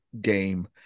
game